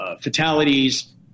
fatalities